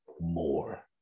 more